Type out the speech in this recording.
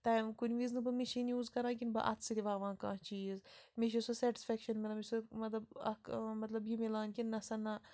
تَمہِ کُنہِ وِزِ نہٕ بہٕ مِشیٖن یوٗز کران کیٚنہہ بہٕ اَتھٕ سۭتۍ وَوان کانٛہہ چیٖز مےٚ چھےٚ سُہ سٮ۪ٹَسفیکشَن مِلان مےٚ چھےٚ سۄ مطلب اکھ مطلب یہِ مِلان کہ نسا نہٕ